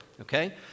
Okay